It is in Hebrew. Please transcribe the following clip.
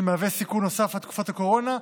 שמהווה סיכון נוסף בתקופת הקורונה,